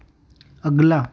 अगला